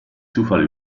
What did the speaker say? zufall